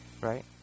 right